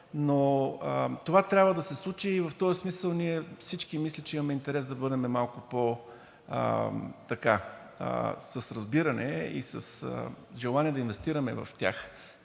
Но това трябва да се случи и в този смисъл всички ние мисля, че имаме интерес да бъдем малко повече с разбиране и с желание да инвестираме в тях,